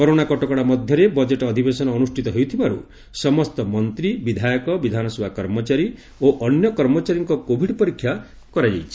corona କଟକଶା ମଧ୍ଧରେ budget ଅଧିବେଶନ ଅନୁଷ୍ଠିତ ହେଉଥିବାରୁ ସମସ୍ତ ମନ୍ତୀ ବିଧାୟକ ବିଧାନସଭା କର୍ମଚାରୀ ଓ ଅନ୍ୟ କର୍ମଚାରୀଙ୍କ କୋଭିଡ୍ ପରୀକ୍ଷା କରାଯାଇଛି